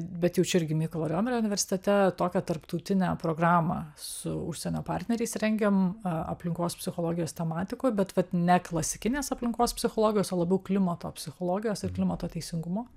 bet jau čia irgi mykolo riomerio universitete tokią tarptautinę programą su užsienio partneriais rengiam aplinkos psichologijos tematikoj bet vat ne klasikinės aplinkos psichologijos o labiau klimato psichologijos ir klimato teisingumo